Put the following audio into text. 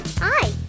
hi